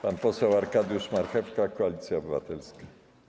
Pan poseł Arkadiusz Marchewka, Koalicja Obywatelska.